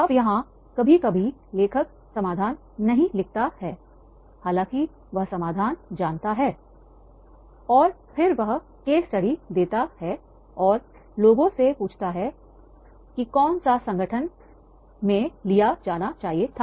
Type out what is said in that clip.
अब यहां कभी कभी लेखक समाधान नहीं लिखता है हालांकि वह समाधान जानता है और फिर वह केस स्टडी देता है और लोगों से पूछता है कि कौन सा संगठन में किया जाना चाहिए था